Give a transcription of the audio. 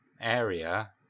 area